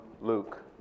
Luke